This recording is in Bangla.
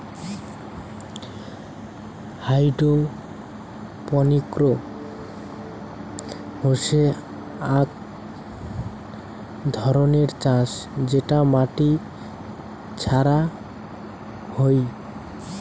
হাইড্রোপনিক্স হসে আক ধরণের চাষ যেটা মাটি ছাড়া হই